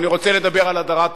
אני רוצה לדבר על הדרת עולים.